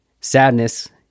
sadness